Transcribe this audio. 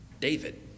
David